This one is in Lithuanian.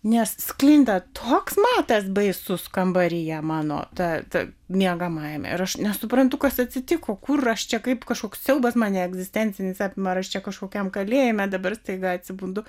nes sklinda toks matas baisus kambaryje mano ta ta miegamajame ir aš nesuprantu kas atsitiko kur aš čia kaip kažkoks siaubas mane egzistencinis apima ar aš čia kažkokiam kalėjime dabar staiga atsibundu